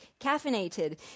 caffeinated